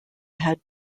had